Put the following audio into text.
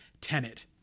Tenet